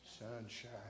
sunshine